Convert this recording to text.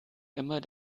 immer